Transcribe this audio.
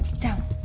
down!